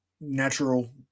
natural